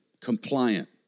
compliant